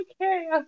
okay